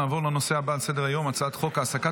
נעבור לנושא הבא על סדר-היום: הצעת חוק העסקת